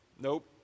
Nope